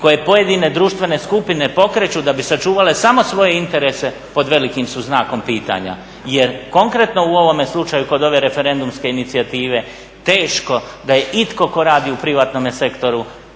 koje pojedine društvene skupine pokreću da bi sačuvale samo svoje interese pod velikim su znakom pitanja. Jer konkretno u ovome slučaju kod ove referendumske inicijative teško da je itko ko radi u privatnome sektoru